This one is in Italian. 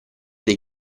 dei